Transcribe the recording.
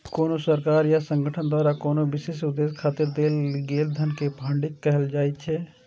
कोनो सरकार या संगठन द्वारा कोनो विशेष उद्देश्य खातिर देल गेल धन कें फंडिंग कहल जाइ छै